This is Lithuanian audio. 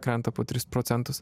krenta po tris procentus